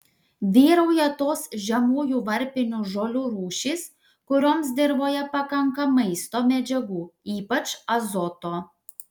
vyrauja tos žemųjų varpinių žolių rūšys kurioms dirvoje pakanka maisto medžiagų ypač azoto